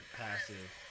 passive